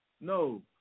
No